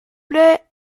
plait